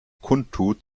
kundtut